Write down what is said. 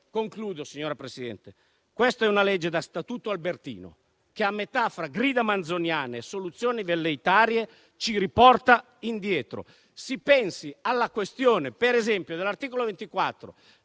ricchezza. Signora Presidente, questa è una legge da Statuto Albertino che, a metà fra grida manzoniane e soluzioni velleitarie, ci riporta indietro. Si pensi, ad esempio, alla questione relativa all'articolo 24.